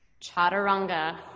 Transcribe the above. Chaturanga